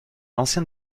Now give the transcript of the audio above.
ancien